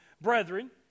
brethren